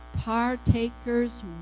partakers